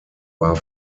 war